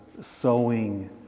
sowing